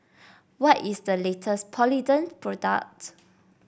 what is the latest Polident product